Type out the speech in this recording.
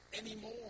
anymore